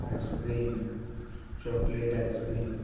icecream chocolate icecream